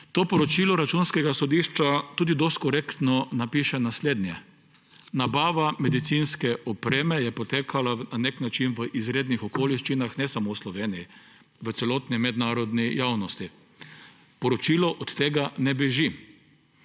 To poročilo Računskega sodišča tudi dosti korektno napiše naslednje: nabava medicinske opreme je potekala na nek način v izrednih okoliščinah, ne samo v Sloveniji, v celotni mednarodni javnosti. Poročilo od tega ne beži.